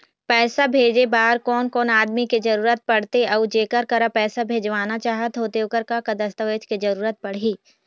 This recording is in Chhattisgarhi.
पैसा भेजे बार कोन कोन आदमी के जरूरत पड़ते अऊ जेकर करा पैसा भेजवाना चाहत होथे ओकर का का दस्तावेज के जरूरत पड़ही?